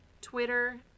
Twitter